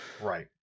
Right